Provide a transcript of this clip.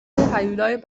هیولای